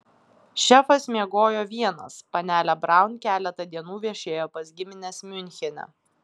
šefas miegojo vienas panelė braun keletą dienų viešėjo pas gimines miunchene